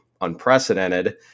unprecedented